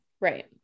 right